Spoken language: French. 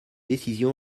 décision